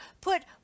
put